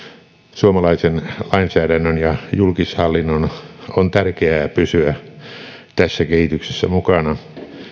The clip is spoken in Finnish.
suomalaisen lainsäädännön ja julkishallinnon on tärkeää pysyä tässä kehityksessä mukana